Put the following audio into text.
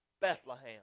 Bethlehem